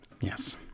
Yes